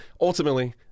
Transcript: ultimately